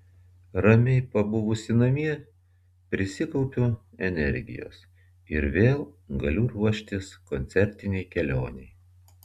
ramiai pabuvusi namie prisikaupiu energijos ir vėl galiu ruoštis koncertinei kelionei